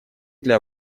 для